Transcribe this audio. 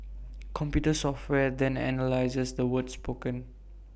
computer software then analyses the words spoken